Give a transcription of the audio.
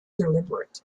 deliberate